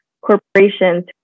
corporations